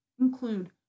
include